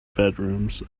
bedrooms